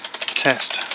test